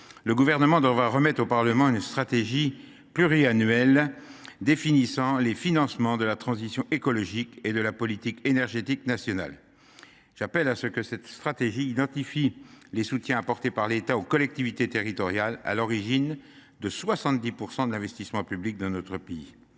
le Gouvernement devra en effet remettre au Parlement une stratégie pluriannuelle définissant les financements de la transition écologique et de la politique énergétique nationale. Je souhaite que cette stratégie soit l’occasion d’identifier les soutiens apportés par l’État aux collectivités territoriales, lesquelles sont à l’origine de 70 % de l’investissement public dans notre pays.